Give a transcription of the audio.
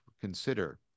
consider